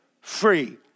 free